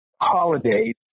holidays